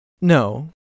No